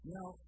Now